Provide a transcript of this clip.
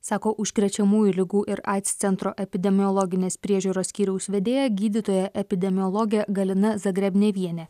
sako užrečiamųjų ligų ir aids centro epidemiologinės priežiūros skyriaus vedėja gydytoja epidemiologė galina zagrebnevienė